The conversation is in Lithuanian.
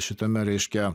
šitame reiškia